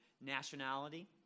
nationality